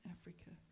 Africa